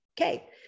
okay